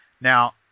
Now